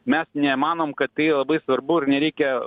mes nemanom kad tai labai svarbu ir nereikia